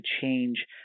change